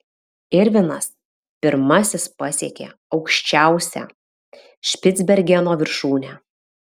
irvinas pirmasis pasiekė aukščiausią špicbergeno viršūnę